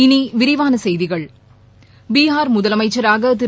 இனி விரிவான செய்திகள் பீகார் முதலமைச்சராக திரு